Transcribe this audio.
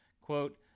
quote